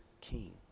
king